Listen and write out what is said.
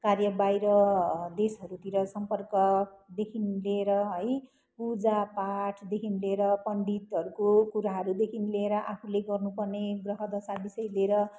कार्य बाहिर देशहरूतिर सम्पर्कदेखि लिएर है पूजापाठदेखि लिएर पण्डितहरूको कुराहरूदेखि लिएर आफूले गर्नुपर्ने ग्रहदशा विषय लिएर